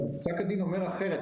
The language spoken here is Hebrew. פסק הדין אומר אחרת.